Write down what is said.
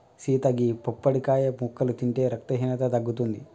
సీత గీ పప్పడికాయ ముక్కలు తింటే రక్తహీనత తగ్గుతుంది